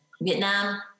Vietnam